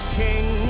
king